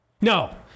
No